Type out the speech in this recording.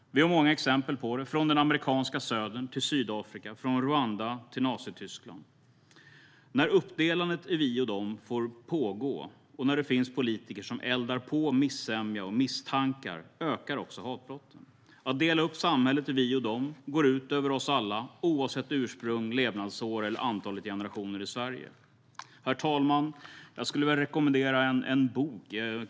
Vi har många exempel på detta, från den amerikanska södern till Sydafrika, från Rwanda till Nazityskland. När uppdelandet i vi och dem får pågå och när det finns politiker som eldar på missämja och misstankar ökar också hatbrotten. Att dela upp samhället i vi och dem går ut över oss alla oavsett ursprung, levnadsår eller antalet generationer i Sverige. Herr talman! Jag skulle vilja rekommendera en bok.